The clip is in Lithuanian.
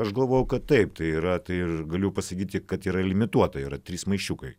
aš galvoju kad taip tai yra tai ir galiu pasakyti kad yra limituota yra trys maišiukai